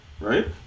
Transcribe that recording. Right